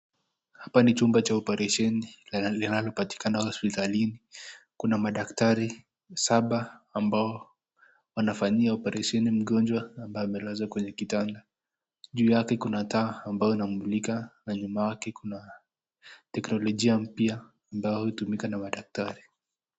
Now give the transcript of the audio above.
Hapa ni chumba cha oparesheni na linalopatikana hospitalini. Kuna madaktari saba ambao wanafanyia oparesheni mgonjwa ambaye amelazwa kwenye kitanda. Juu yake kuna taa, ambayo inamulika na nyuma yake kuna teknolojia mpya ambayo hutumika na madaktari.